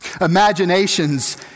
Imaginations